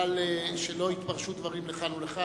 שלא יתפרשו דברים לכאן ולכאן,